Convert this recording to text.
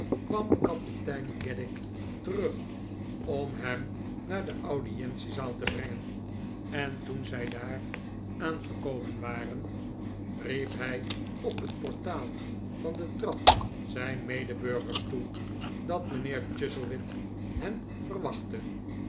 denken kapitein kedgick terug om hem naar de audientiezaal te brengen en toen zij daar aangekomen waren riep liij op het portaal van de trap zijn medeburgers toe dat mijnneer chuzzlewit hen verwacbtte